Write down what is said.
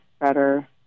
better